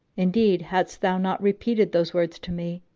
indeed, haddest thou not repeated those words to me,